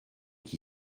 qui